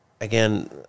again